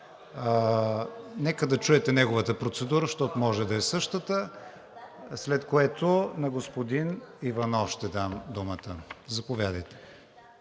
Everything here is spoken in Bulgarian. Нека да чуете неговата процедура, защото може да е същата, след което на господин Иванов ще дам думата. Заповядайте.